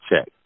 check